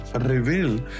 reveal